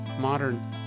modern